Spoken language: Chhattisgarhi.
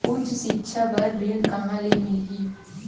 उच्च सिक्छा बर ऋण कहां ले मिलही?